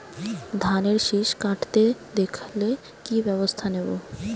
ধানের শিষ কাটতে দেখালে কি ব্যবস্থা নেব?